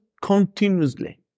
continuously